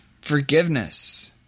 Forgiveness